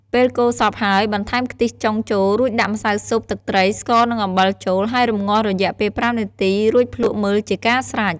ពេលកូរសព្វហើយបន្ថែមខ្ទិះចុងចូលរួចដាក់ម្សៅស៊ុប ទឹកត្រី ស្ករនិងអំបិលចូល ហើយរម្ងាស់រយៈពេល៥នាទីរួចភ្លក្សមើលជាការស្រេច។